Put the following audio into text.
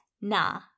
na